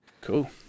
Cool